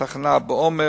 תחנה בעומר,